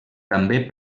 també